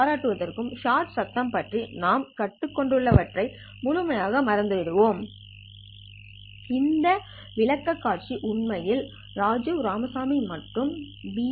பாராட்டுவதற்கும் shot சத்தம் பற்றி நாம் கற்றுக்கொண்டவற்றை முழுமையாக மறந்து விடுவோம் சரி இந்த விளக்கக்காட்சி உண்மையில் ராஜீவ் ராமசாமி மற்றும் பி